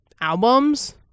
albums